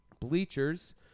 Bleachers